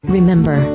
Remember